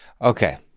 Okay